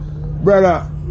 brother